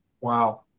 wow